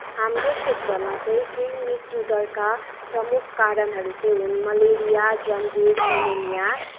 हाम्रो क्षेत्रमा चाहिँ केही मृत्यु दरका प्रमुख कारणहरू चाहिँ हुन् मलेरिया जन्डिस निमोनिया